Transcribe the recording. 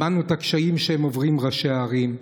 שמענו על הקשיים שעוברים ראשי הערים.